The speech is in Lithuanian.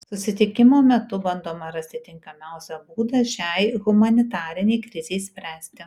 susitikimo metu bandoma rasti tinkamiausią būdą šiai humanitarinei krizei spręsti